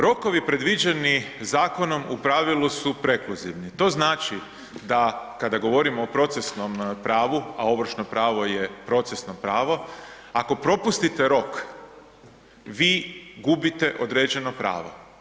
Rokovi predviđeni zakonom u pravilu su prekluzivni, to znači da kada govorimo o procesnom pravu, a ovršno pravo je procesno pravo, ako propustite rok vi gubite određeno pravo.